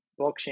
blockchain